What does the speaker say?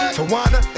Tawana